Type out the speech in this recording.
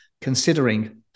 considering